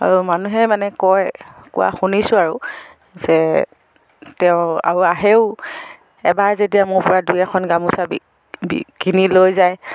আৰু মানুহে মানে কয় কোৱা শুনিছোঁ আৰু যে তেওঁ আৰু আহেও এবাৰ যেতিয়া দুই এখন গামোচা কিনি লৈ যায়